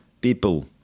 People